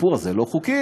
הסיפור הזה לא חוקי,